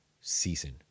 season